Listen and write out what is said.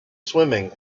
swimming